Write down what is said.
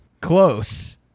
Close